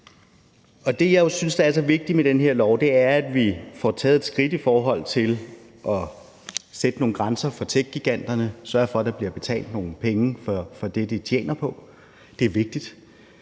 som jeg synes er så vigtigt med den her lov, er, at vi får taget et skridt i forhold til at sætte nogle grænser for tech-giganterne og sørge for, at der bliver betalt nogle penge for det, som de tjener på; det er vigtigt.